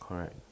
correct